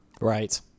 right